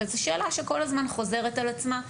זאת שאלה שכל הזמן חוזרת על עצמה.